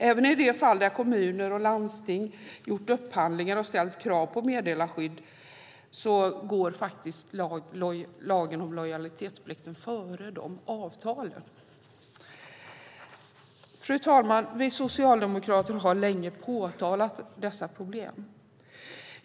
Även i de fall där kommuner och landsting gjort upphandlingar och ställt krav på meddelarskydd går lagen om lojalitetsplikten före avtalen. Fru talman! Vi socialdemokrater har länge påtalat dessa problem.